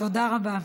תודה רבה.